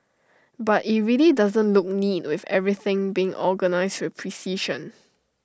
but IT really doesn't look neat with everything being organised with precision